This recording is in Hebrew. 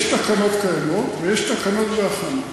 יש תקנות קיימות ויש תקנות בהכנה,